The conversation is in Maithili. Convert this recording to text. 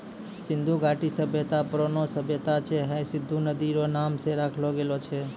सिन्धु घाटी सभ्यता परौनो सभ्यता छै हय सिन्धु नदी रो नाम से राखलो गेलो छै